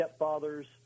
stepfathers